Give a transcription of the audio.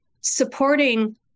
supporting